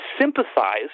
sympathize